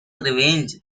revenge